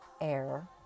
air